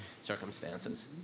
circumstances